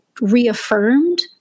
reaffirmed